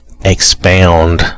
expound